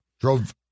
Drove